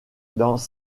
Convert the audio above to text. dans